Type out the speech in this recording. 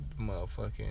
Motherfucking